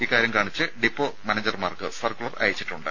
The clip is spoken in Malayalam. ഇക്കാര്യം കാണിച്ച് ഡിപ്പോ മാനേജർമാർക്ക് സർക്കുലർ അയച്ചിട്ടുണ്ട്